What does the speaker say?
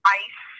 ice